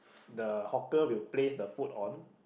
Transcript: the hawker will place the food on